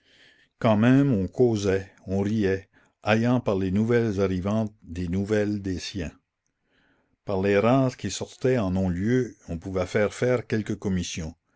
quand même on causait on riait ayant par les nouvelles arrivantes des nouvelles des siens par les rares qui sortaient en non-lieu on pouvait faire faire quelques commissions